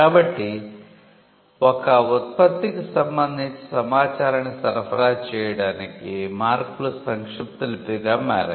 కాబట్టి ఒక ఉత్పత్తికి సంబంధించి సమాచారాన్ని సరఫరా చేయడానికి మార్కులు సంక్షిప్తలిపిగా మారాయి